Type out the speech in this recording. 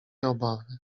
obawy